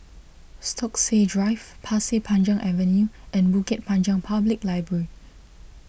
Stokesay Drive Pasir Panjang Avenue and Bukit Panjang Public Library